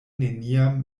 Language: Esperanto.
neniam